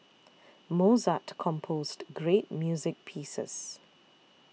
Mozart composed great music pieces